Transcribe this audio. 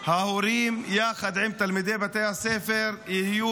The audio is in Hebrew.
ההורים יחד עם תלמידי בתי הספר יהיו